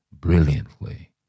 brilliantly